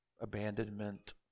abandonment